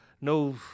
no